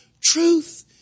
truth